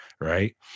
right